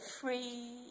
free